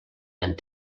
and